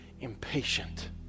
impatient